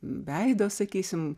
veido sakysim